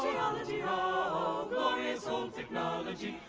ology, oh. glorious old technology,